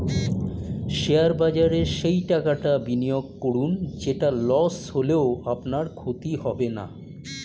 share বাজারে সেই টাকাটা বিনিয়োগ করুন যেটা লস হলেও আপনার ক্ষতি হবে না